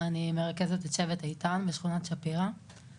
אני מרכזת את שבט איתן בשכונת שפירא.